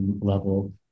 level